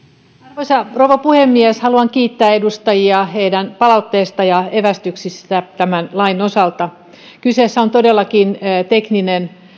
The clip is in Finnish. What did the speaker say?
arvoisa rouva puhemies haluan kiittää edustajia heidän palautteestaan ja evästyksistään tämän lain osalta kyseessä on todellakin tekninen